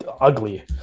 ugly